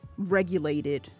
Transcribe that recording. regulated